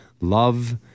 love